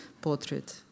portrait